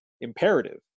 imperative